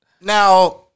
now